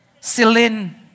Celine